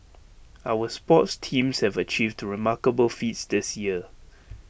our sports teams have achieved remarkable feats this year